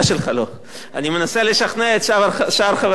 אני מנסה לשכנע את שאר חבריך, אני לא